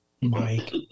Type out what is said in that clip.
Mike